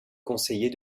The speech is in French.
conseillers